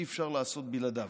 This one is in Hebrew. אי-אפשר לעשות בלעדיו,